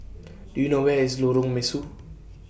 Do YOU know Where IS Lorong Mesu